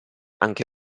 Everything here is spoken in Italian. anche